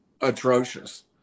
atrocious